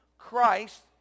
Christ